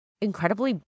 incredibly